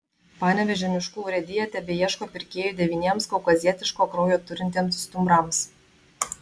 panevėžio miškų urėdija tebeieško pirkėjų devyniems kaukazietiško kraujo turintiems stumbrams